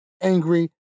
angry